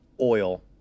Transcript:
oil